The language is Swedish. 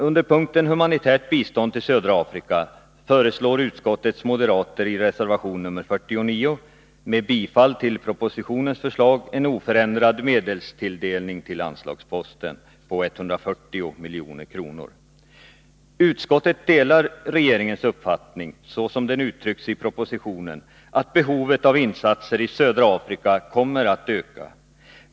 Under punkten Humanitärt bistånd till södra Afrika föreslår utskottets moderater i reservation nr 49 i enlighet med propositionens förslag en oförändrad medelstilldelning till anslagsposten på 140 milj.kr. Utskottet delar regeringens uppfattning — såsom den uttrycks i propositionen — att behovet av insatser i södra Afrika kommer att öka.